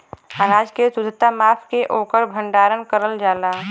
अनाज के शुद्धता माप के ओकर भण्डारन करल जाला